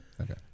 Okay